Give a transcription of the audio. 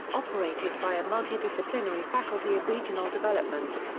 operated by a multidisciplinary faculty of regional development.